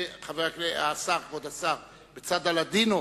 כבוד השר, ובצד הלדינו,